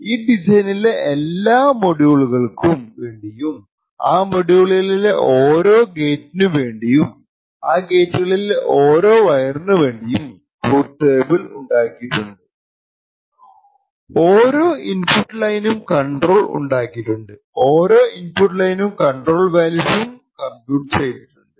ഈ ഡിസൈനിലെ എല്ലാ മൊഡ്യുലുകൾക്ക് വേണ്ടിയുംആ മൊഡ്യുലുകളിലെ ഓരോ ഗേറ്റിനുവേണ്ടിയുംആ ഗേറ്റുകളിലെ ഓരോ വയറിനു വേണ്ടിയും ട്രൂത്ത് ടേബിൾ T ഉണ്ടാക്കിയിട്ടുണ്ട് ഓരോ ഇന്പുട്ട് ലൈനിനും കണ്ട്രോൾ വാല്യൂസും കംപ്യുട്ട് ചെയ്തിട്ടുണ്ട്